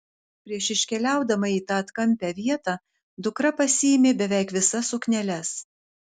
prieš iškeliaudama į tą atkampią vietą dukra pasiėmė beveik visas sukneles